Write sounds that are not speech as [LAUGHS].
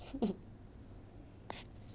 [LAUGHS]